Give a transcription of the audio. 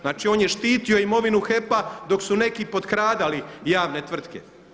Znači on je štitio imovinu HEP-a dok su neki potkradali javne tvrtke.